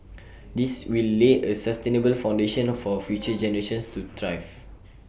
this will lay A sustainable foundation for future generations to thrive